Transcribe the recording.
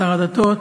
שר הדתות,